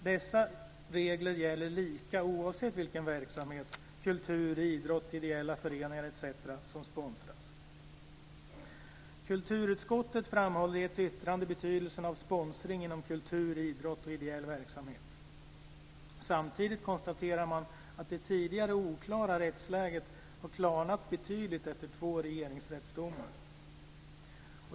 Dessa regler gäller lika oavsett vilken verksamhet - kultur, idrott, ideella föreningar etc. - som sponsras. Kulturutskottet framhåller i ett yttrande betydelsen av sponsring inom kultur, idrott och ideell verksamhet. Samtidigt konstaterar man att det tidigare oklara rättsläget har klarnat betydligt efter två Regeringsrättsdomar.